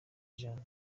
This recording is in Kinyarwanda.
n’ijambo